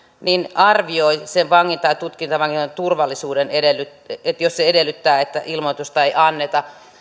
arvioi sen vangin tai tutkintavangin turvallisuuden ja sen jos se edellyttää että ilmoitusta ei anneta